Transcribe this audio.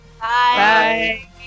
bye